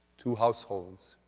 two households,